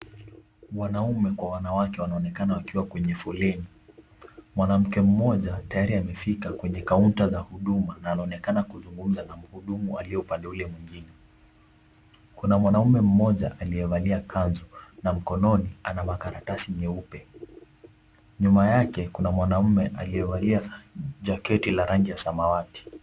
Wanaume kwa wanawake wanaonekana wakiwa kwenye foleni. Mwanamke mmoja tayari amefika kwenye counter za huduma na anaonekana kusungumza na mhudumu aliye pande ule mwingine. Kuna mwanamme moja aliyevalia kanzu na mkononi ana makaratasi nyeupe Nyuma yake kuna mwanaume aliyevalia jaketi ya rangi ya samawati.